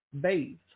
bathe